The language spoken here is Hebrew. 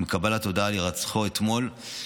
עם קבלת ההודעה על הירצחו אתמול,